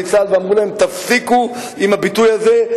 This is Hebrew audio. צה"ל" ואמרו להם: תפסיקו עם הביטוי הזה,